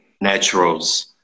naturals